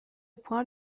point